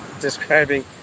describing